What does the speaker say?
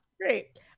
Great